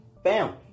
Bam